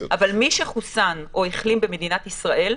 אבל מי שחוסן או החלים במדינת ישראל,